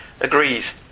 agrees